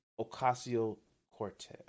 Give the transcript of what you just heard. Ocasio-Cortez